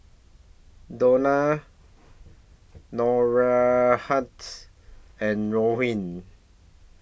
Dionne and Rowan